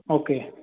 okay